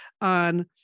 on